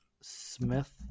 Smith